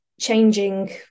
changing